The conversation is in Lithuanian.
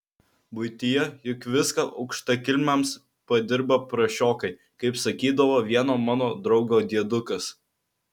buityje juk viską aukštakilmiams padirba prasčiokai kaip sakydavo vieno mano draugo diedukas